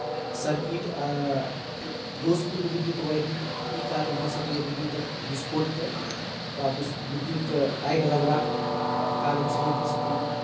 circuit आ दोषपूर्ण विद्युत वायरिंग ई कारण भऽ सकैए विद्युतक बिस्फोटके वा बिस् विद्युतके आगि लागबाक कारण सेहो भऽ सकैए